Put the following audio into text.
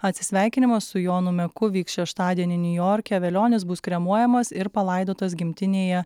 atsisveikinimas su jonu meku vyks šeštadienį niujorke velionis bus kremuojamas ir palaidotas gimtinėje